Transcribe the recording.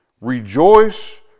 Rejoice